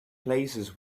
places